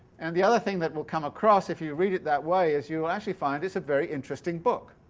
and the other thing that will come across, if you read it that way, is you'll actually find this a very interesting book.